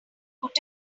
put